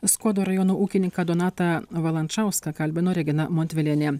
skuodo rajono ūkininką donatą valančauską kalbino regina montvilienė